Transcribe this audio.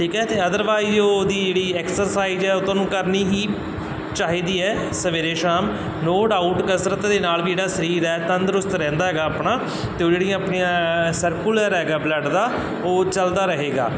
ਠੀਕ ਹੈ ਅਤੇ ਅਦਰਵਾਈਜ਼ ਉਹਦੀ ਜਿਹੜੀ ਐਕਸਰਸਾਈਜ਼ ਹੈ ਉਹ ਤੁਹਾਨੂੰ ਕਰਨੀ ਹੀ ਚਾਹੀਦੀ ਹੈ ਸਵੇਰੇ ਸ਼ਾਮ ਨੋ ਡਾਊਟ ਕਸਰਤ ਦੇ ਨਾਲ ਜਿਹੜਾ ਸਰੀਰ ਹੈ ਤੰਦਰੁਸਤ ਰਹਿੰਦਾ ਹੈਗਾ ਆਪਣਾ ਅਤੇ ਉਹ ਜਿਹੜੀਆਂ ਆਪਣੀਆਂ ਸਰਕੂਲਰ ਹੈਗਾ ਬਲੱਡ ਦਾ ਉਹ ਚੱਲਦਾ ਰਹੇਗਾ